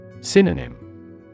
Synonym